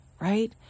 right